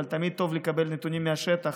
אבל תמיד טוב לקבל נתונים מהשטח,